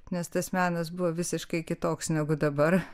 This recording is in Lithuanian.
nes tas menas buvo visiškai kitoks negu dabar